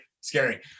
Scary